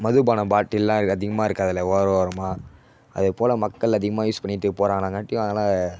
மதுபான பாட்டில்லாம் அதிகமாக இருக்குது அதில் ஓர ஓரமாக அதை போல் மக்கள் அதிகமாக யூஸ் பண்ணிட்டு போடுறாங்களா காட்டியும் அதெலாம்